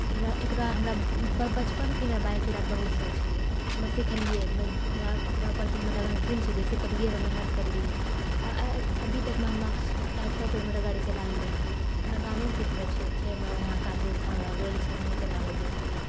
एकरा हमरा बचपनसँ बाइक चलाबैके बहुत शौक छलेै हंँ हमरा सिखलिऐ ओकरा प्रतिमे लगनशील छलिऐ हँ सिखलिऐ मेहनत करिलिऐ अभी तकमे हम पचास सए किलोमीटर गाड़ी चला लेलहुँ हँ अपना गाँवमे सिखलहुँ छिऐ छै हमरा यहाँ कार्य स्थल बला रोड छै ओएह चलाबै जाइ छलिऐ